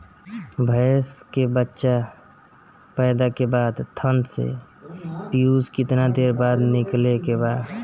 भैंस के बच्चा पैदा के बाद थन से पियूष कितना देर बाद निकले के बा?